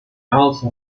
also